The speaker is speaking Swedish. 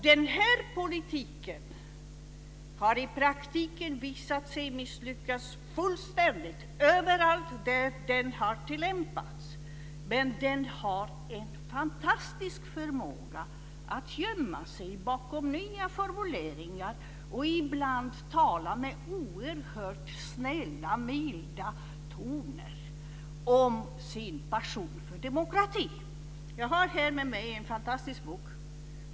Den här politiken har i praktiken visat sig misslyckas fullständigt överallt där den har tillämpats. Men den har en fantastisk förmåga att gömma sig bakom nya formuleringar och ibland tala med oerhört snälla och milda toner om sin passion för demokrati. Jag har här i min hand en fantastisk bok.